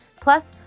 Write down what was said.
Plus